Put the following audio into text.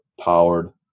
powered